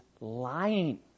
lying